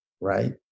right